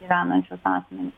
gyvenančius asmenis